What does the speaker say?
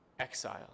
exile